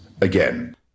again